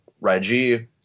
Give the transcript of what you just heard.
Reggie